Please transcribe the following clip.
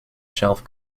shelf